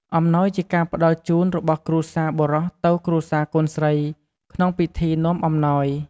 អំណោយជាការផ្ដល់ជូនរបស់គ្រួសារបុរសទៅគ្រួសារកូនស្រី ក្នុងពិធីនាំអំណោយ។